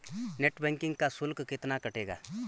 Net banking का शुल्क कितना कटेगा?